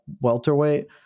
welterweight